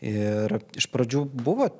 ir iš pradžių buvo